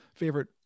favorite